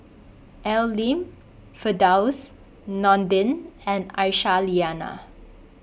Al Lim Firdaus Nordin and Aisyah Lyana